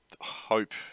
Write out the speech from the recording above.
hope